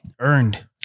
earned